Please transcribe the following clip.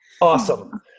Awesome